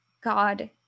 God